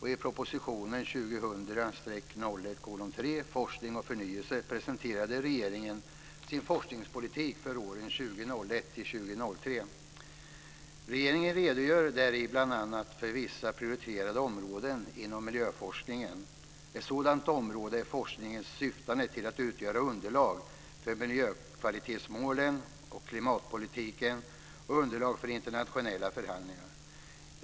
I proposition 2000/01:3 Regeringen redogör däri bl.a. för vissa prioriterade områden inom miljöforskningen. Ett sådant område är forskning syftande till att utgöra underlag för miljökvalitetsmålen och klimatpolitiken och underlag för internationella förhandlingar.